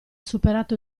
superato